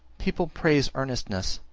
people praise earnestness